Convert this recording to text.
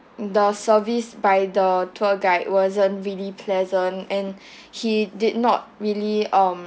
the service by the tour guide wasn't really pleasant and he did not really um